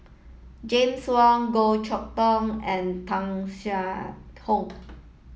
James Wong Goh Chok Tong and Tung Chye Hong